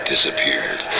disappeared